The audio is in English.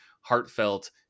heartfelt